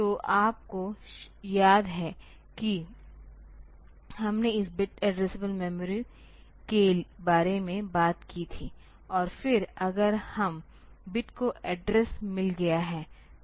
तो आपको याद है कि हमने इस बिट एड्रेसेबल मेमोरी के बारे में बात की थी और फिर अगर हर बिट को एड्रेस मिल गया है